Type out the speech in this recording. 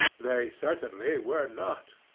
they certainly were not.